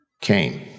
Came